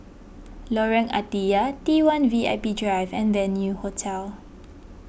Lorong Ah Thia T one V I P Drive and Venue Hotel